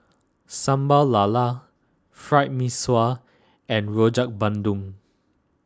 Sambal Lala Fried Mee Sua and Rojak Bandung